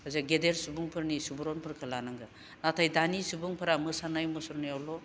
बे गेदेर सुबुंफोरनि सुबुरनफोरखौ लानांगोन नाथाय दानि सुबुंफोरा मोसानाय मुसुरनायावल'